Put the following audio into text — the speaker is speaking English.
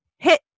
hit